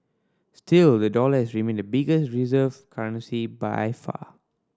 still the dollar has remained the biggest reserve currency by far